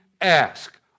ask